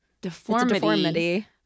Deformity